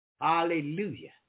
Hallelujah